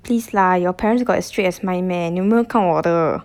please lah your parents got as strict as mine meh 你有没有看我的